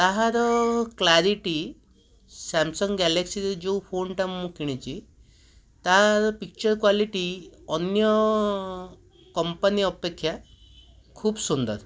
ତାହାର clarity Samsung ଗାଲାକ୍ସିର ଯେଉଁ ଫୋନ୍ଟା ମୁଁ କିଣିଛି ତାର ପିକ୍ଚର କ୍ୱାଲିଟି ଅନ୍ୟ କମ୍ପାନୀ ଅପେକ୍ଷା ଖୁବ୍ ସୁନ୍ଦର